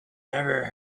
never